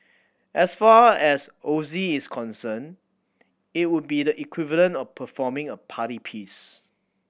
as far as O Z is concerned it would be the equivalent of performing a party piece